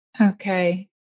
Okay